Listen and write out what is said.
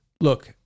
look